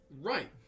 Right